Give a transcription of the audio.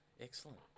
Excellent